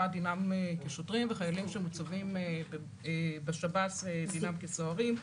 דינם כשוטרים וחיילים שמוצבים בשב"ס דינם כסוהרים,